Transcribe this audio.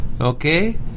okay